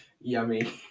yummy